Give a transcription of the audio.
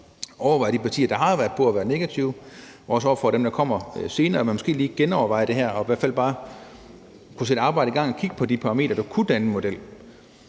opfordre de partier, der har været på og været negative, og også dem, der kommer senere, til, at man måske lige genovervejer det her og i hvert fald bare kunne sætte et arbejde i gang og kigge på de parametre, der kunne danne en model.